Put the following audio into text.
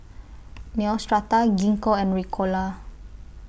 Neostrata Gingko and Ricola